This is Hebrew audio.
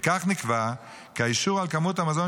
וכן נקבע כי האישור על כמות המזון